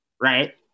right